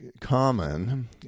common